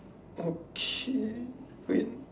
okay wait